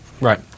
Right